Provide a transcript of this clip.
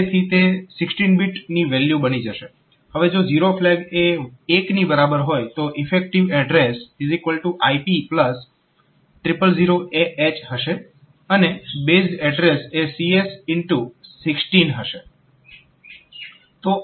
જેથી તે 16 બીટની વેલ્યુ બની જશે હવે જો ઝીરો ફ્લેગ એ 1 ની બરાબર હોય તો ઈફેક્ટીવ એડ્રેસ IP 000AH હશે અને બેઝડ એડ્રેસ એ CS x 10 હશે